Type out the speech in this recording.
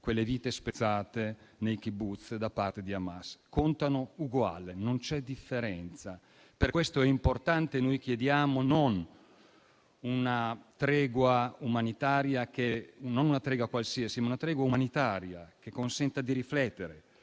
le vite spezzate nei *kibbutz* da parte di Hamas. Contano uguale, non c'è differenza. Per questo è importante la nostra richiesta, non di una tregua qualsiasi, ma di una tregua umanitaria, che consenta di riflettere,